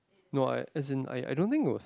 no I as in I I don't think was